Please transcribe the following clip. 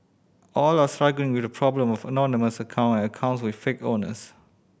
all are struggling with the problem of anonymous account accounts with fake owners